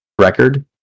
record